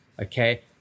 okay